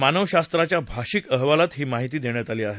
मानवशास्त्राच्या भाषिक अहवालात ही माहिती दिली आहे